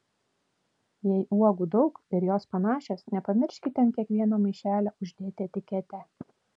jei uogų daug ir jos panašios nepamirškite ant kiekvieno maišelio uždėti etiketę